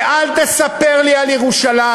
ואל תספר לי על ירושלים,